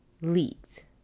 Leaked